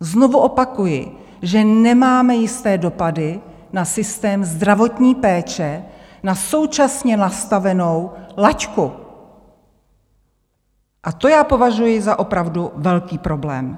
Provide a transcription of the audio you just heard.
Znovu opakuji, že nemáme jisté dopady na systém zdravotní péče, na současně nastavenou laťku, a to považuji za opravdu velký problém.